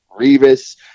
Revis